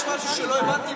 יש משהו שלא הבנתי בחוק,